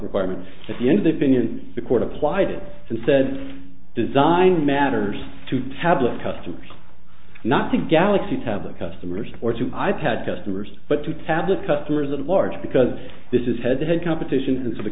requirements at the end of the opinion the court applied it and said design matters to tablet customers not to galaxy tablet customers or to i pad customers but to tablet customers at large because this is head to head competition and so the